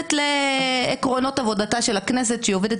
מנוגדת לעקרונות עבודתה של הכנסת שעובדת